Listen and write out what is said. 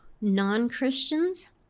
non-Christians